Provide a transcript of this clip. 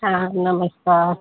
हाँ नमस्कार